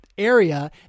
area